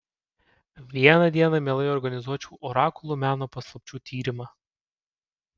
vieną dieną mielai organizuočiau orakulų meno paslapčių tyrimą